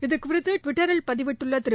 இதுகுறித்து ட்விட்டரில் பதிவிட்டுள்ள திரு